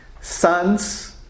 sons